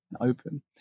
Open